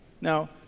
Now